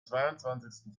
zweiundzwanzigsten